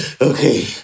Okay